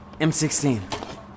M16